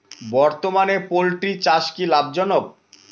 বর্তমানে পোলট্রি চাষ কি লাভজনক?